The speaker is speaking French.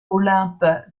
olympe